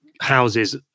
houses